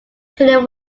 treated